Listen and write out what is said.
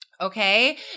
Okay